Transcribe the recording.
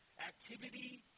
Activity